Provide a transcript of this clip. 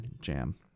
jam